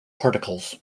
particles